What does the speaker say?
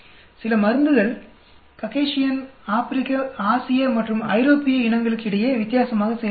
சில மருந்துகள் காகசியன் ஆப்பிரிக்க ஆசிய மற்றும் ஐரோப்பிய இனங்களுக்கிடையே வித்தியாசமாக செயல்படுகின்றன